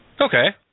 Okay